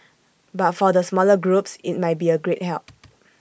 but for the smaller groups IT might be A great help